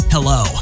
Hello